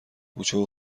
کوچه